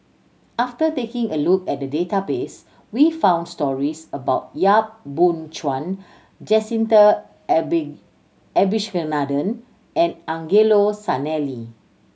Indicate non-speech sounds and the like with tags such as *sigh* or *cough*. after taking a look at the database we found stories about Yap Boon Chuan Jacintha *unintelligible* Abisheganaden and Angelo Sanelli